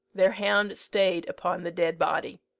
their hound stayed upon the dead body.